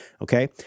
okay